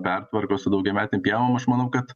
pertvarkos su daugiametėm pievom aš manau kad